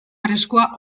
arriskua